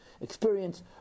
experience